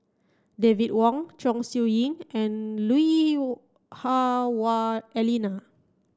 David Wong Chong Siew Ying and Lui Hah Wah Elena